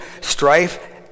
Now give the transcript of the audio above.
strife